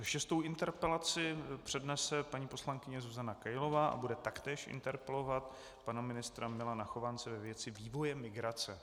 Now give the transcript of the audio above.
Šestou interpelaci přednese paní poslankyně Zuzana Kailová a bude taktéž interpelovat pana ministra Milana Chovance ve věci vývoje migrace.